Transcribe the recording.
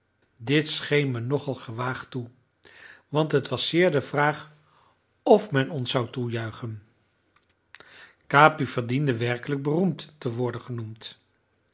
dit scheen me nogal gewaagd toe want het was zeer de vraag f men ons zou toejuichen capi verdiende werkelijk beroemd te worden genoemd